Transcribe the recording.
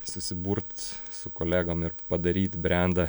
susiburt su kolegom ir padaryt brendą